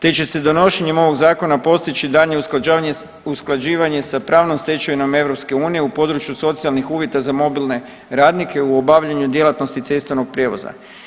te će se donošenjem ovog zakona postići daljnje usklađivanje sa pravnom stečevinom EU u području socijalnih uvjeta za mobilne radnike u obavljanju djelatnosti cestovnog prijevoza.